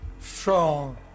strong